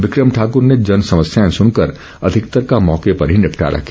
बिक्रम ठाकुर ने जन समस्याएं सुनकर अधिकतर का मौके पर ही निपटारा किया